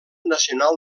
nacional